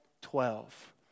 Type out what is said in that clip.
twelve